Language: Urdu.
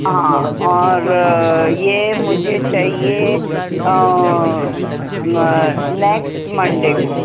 ہاں اور یہ مجھے چاہیے نیکسٹ منڈے کو